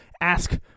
ask